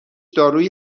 دارویی